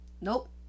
nope